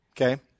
okay